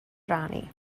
rannu